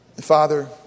Father